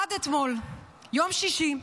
עד אתמול יום שישי,